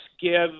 give